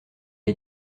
est